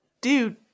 dude